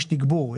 יש תגבור,